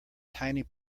tiny